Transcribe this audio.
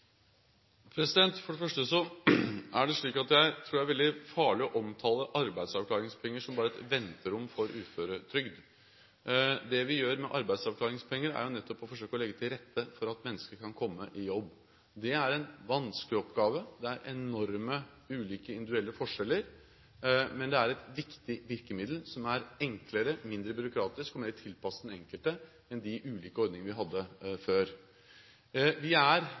For det første tror jeg det er veldig farlig å omtale arbeidsavklaringspenger som bare et venterom for uføretrygd. Det vi gjør med arbeidsavklaringspenger, er jo nettopp å forsøke å legge til rette for at mennesker kan komme i jobb. Det er en vanskelig oppgave, det er enorme individuelle forskjeller, men det er et viktig virkemiddel som er enklere, mindre byråkratisk og mer tilpasset den enkelte enn de ulike ordningene vi hadde før. Vi er